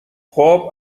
خوب